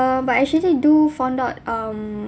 um but actually do fount out um